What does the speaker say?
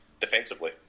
defensively